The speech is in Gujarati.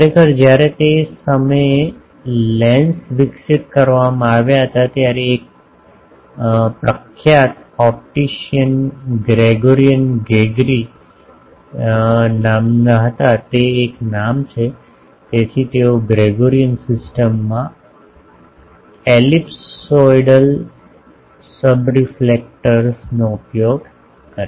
ખરેખર જ્યારે તે સમયે લેન્સ વિકસિત કરવામાં આવ્યાં હતાં ત્યારે એક નામના પ્રખ્યાત ઓપ્ટિશીયન ગ્રેગોરિયન ગ્રેગરી તે એક નામ છે તેથી તેઓ ગ્રેગોરીઅન સિસ્ટમમાં એલિપ્સોઇડલ સબરીફલેક્ટર્સનો ઉપયોગ કરે છે